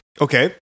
Okay